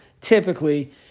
typically